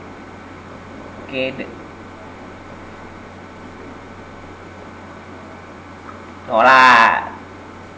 okay that got lah